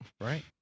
Right